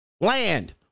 land